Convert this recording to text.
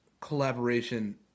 collaboration